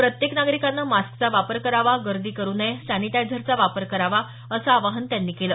प्रत्येक नागरिकानं मास्कचा वापर करावा गर्दी करू नये सॅनिटायझरचा वापर करावा असं आवाहन त्यांनी केलं